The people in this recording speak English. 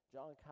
John